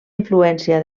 influència